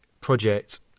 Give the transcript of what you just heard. project